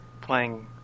playing